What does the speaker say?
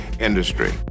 industry